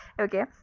okay